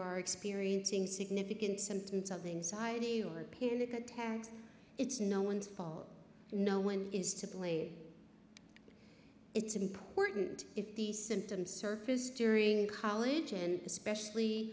are experiencing significant symptoms of anxiety or panic attacks it's no one's fault no one is to blame it's important if these symptoms surface during college and especially